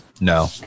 No